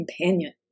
companion